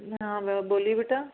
हाँ हाँ बोलिए बेटा